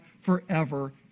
forever